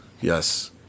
yes